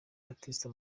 baptiste